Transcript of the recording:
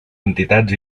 entitats